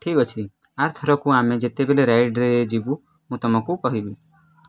ଠିକ୍ ଅଛି ଆର ଥରକୁ ଆମେ ଯେତେବେଳେ ରାଇଡ଼୍ରେ ଯିବୁ ମୁଁ ତୁମକୁ କହିବି